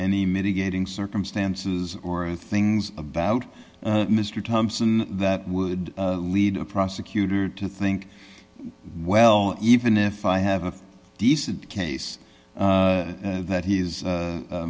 any mitigating circumstances or things about mr thompson that would lead a prosecutor to think well even if i have a decent case that he is